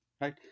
right